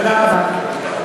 תודה רבה.